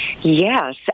Yes